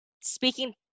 speaking